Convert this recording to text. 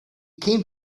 came